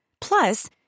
Plus